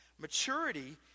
Maturity